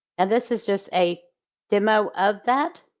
and this is just a demo of that.